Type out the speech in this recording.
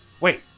Wait